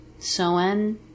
Soen